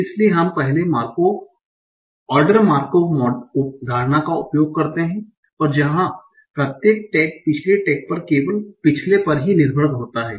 इसलिए हम पहले ऑर्डर मार्कोव धारणा का उपयोग करते हैं जहां प्रत्येक टैग पिछले टैग पर केवल पिछले पर ही निर्भर होता है